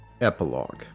Epilogue